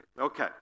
Okay